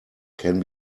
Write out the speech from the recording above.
can